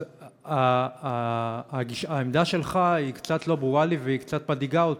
אז העמדה שלך קצת לא ברורה לי וקצת מדאיגה אותי.